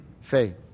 faith